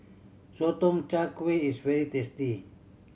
Sotong Char Kway is very tasty